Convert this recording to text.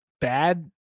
bad